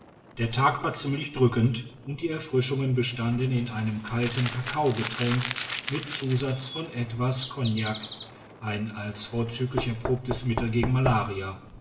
die tag war ziemlich drückend und die erfrischungen bestanden in einem kalten kakaogetränk mit zusatz von etwas kognak ein als vorzüglich erprobtes mittel gegen malaria